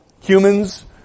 humans